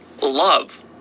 love